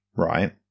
right